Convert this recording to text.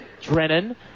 Drennan